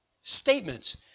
statements